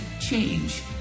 change